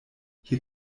hier